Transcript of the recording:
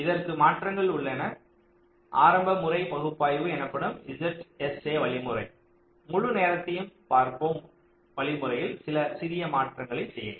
இதற்கு மாற்றங்கள் உள்ளன ஆரம்ப முறை பகுப்பாய்வு எனப்படும் ZSA வழிமுறை முழு நேரத்தையும் பார்ப்போம் வழிமுறையில் சில சிறிய மாற்றங்களைச் செய்யுங்கள்